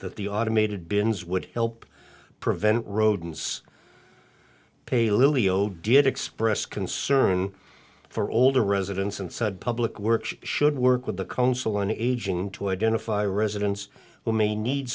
that the automated bins would help prevent rodents paleo did express concern for older residents and said public works should work with the council on aging to identify residents who may need